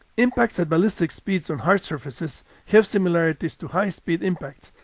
impacts at ballistic speeds on hard surfaces have similarities to high-speed impacts,